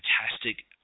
fantastic